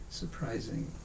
surprising